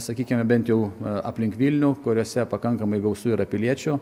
sakykime bent jau aplink vilnių kuriuose pakankamai gausu yra piliečių